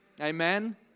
Amen